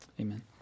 Amen